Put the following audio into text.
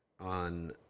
on